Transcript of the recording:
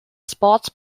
sports